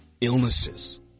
illnesses